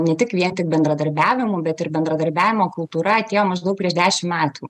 ne tik vien tik bendradarbiavimo bet ir bendradarbiavimo kultūra atėjo maždaug prieš dešim metų